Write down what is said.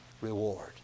reward